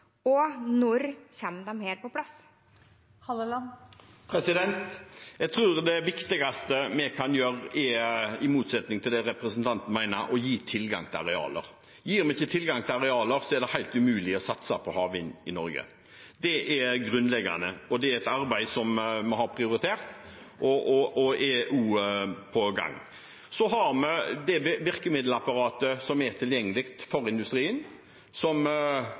på plass? Jeg tror det viktigste vi kan gjøre, i motsetning til det representanten mener, er å gi tilgang til arealer. Gir vi ikke tilgang til arealer, er det helt umulig å satse på havvind i Norge. Det er grunnleggende, og det er et arbeid vi har prioritert, og det er på gang. Det virkemiddelapparatet som er tilgjengelig for industrien, har virket. Vi har gitt støtte til Enova på 2,3 mrd. kr, som